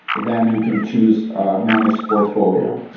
then you can choose managed portfolio.